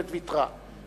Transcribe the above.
ויתרה.